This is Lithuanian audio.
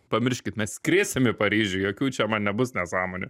pamirškit mes skrisim į paryžių jokių čia man nebus nesąmonių